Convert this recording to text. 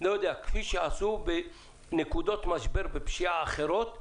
כפי שעשו בנקודות משבר בפשיעה אחרות והצליחו.